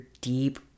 deep